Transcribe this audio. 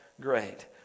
great